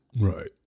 Right